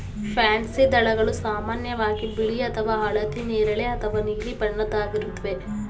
pansy ದಳಗಳು ಸಾಮಾನ್ಯವಾಗಿ ಬಿಳಿ ಅಥವಾ ಹಳದಿ ನೇರಳೆ ಅಥವಾ ನೀಲಿ ಬಣ್ಣದ್ದಾಗಿರುತ್ವೆ